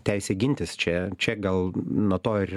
teisė gintis čia čia gal nuo to ir